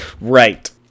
right